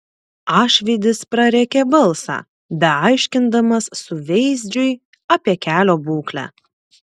ašvydis prarėkė balsą beaiškindamas suveizdžiui apie kelio būklę